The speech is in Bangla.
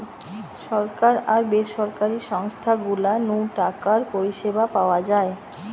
সরকার আর বেসরকারি সংস্থা গুলা নু টাকার পরিষেবা পাওয়া যায়